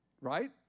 right